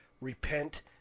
repent